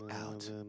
out